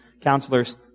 counselors